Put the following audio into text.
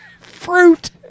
fruit